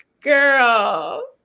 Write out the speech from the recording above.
Girl